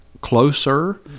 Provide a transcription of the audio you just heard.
closer